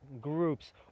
groups